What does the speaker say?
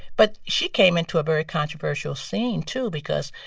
but she came into a very controversial scene too because